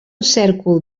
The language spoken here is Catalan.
cèrcol